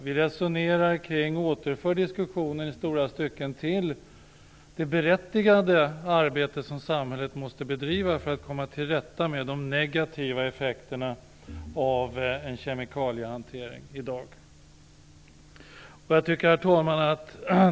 Vi resonerar kring och återför i stora stycken diskussionen till det berättigade arbete som samhället måste bedriva för att komma till rätta med de negativa effekterna av kemikaliehantering.